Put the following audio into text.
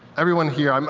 everyone here, um